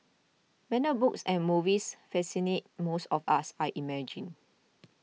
banned books and movies fascinate most of us I imagine